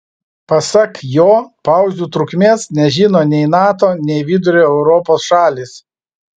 pasak jo pauzių trukmės nežino nei nato nei vidurio europos šalys